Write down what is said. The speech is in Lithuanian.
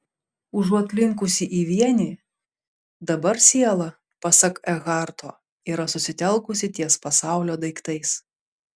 užuot linkusi į vienį dabar siela pasak ekharto yra susitelkusi ties pasaulio daiktais